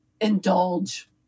indulge